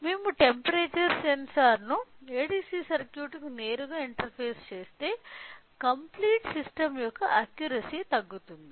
మేము temperature sensor ను ADC సర్క్యూట్కు నేరుగా ఇంటర్ఫేస్ చేస్తే కంప్లీట్ సిస్టం యొక్క అక్యురసీ తగ్గుతుంది